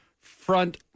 front